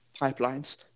pipelines